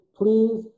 please